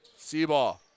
Seaball